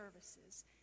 services